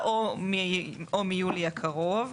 או מיולי הקרוב.